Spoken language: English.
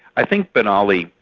i think ben ali,